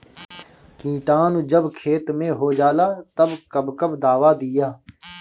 किटानु जब खेत मे होजाला तब कब कब दावा दिया?